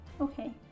Okay